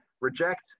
reject